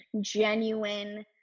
genuine